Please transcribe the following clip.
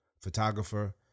photographer